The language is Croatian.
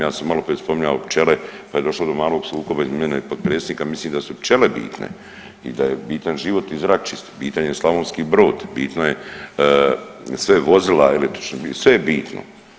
Ja sam maloprije spominjao pčele, pa je došlo do malog sukoba između mene i potpredsjednika, mislim da su pčele bitne i da je bitan život i zrak čist, bitan je Slavonski Brod, bitno je sve vozila električna, sve je bitno.